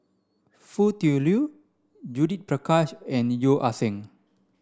Foo Tui Liew Judith Prakash and Yeo Ah Seng